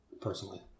personally